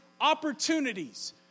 opportunities